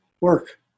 work